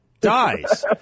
dies